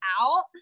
out